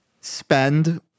spend